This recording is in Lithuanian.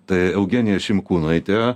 tai eugenija šimkūnaitė